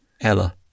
Ella